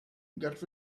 got